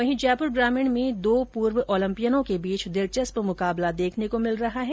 वहीं जयपुर ग्रामीण में दो पूर्व ओलम्पियनों के बीच दिलचस्प मुकाबला देखने को मिल रहा है